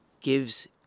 gives